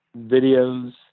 videos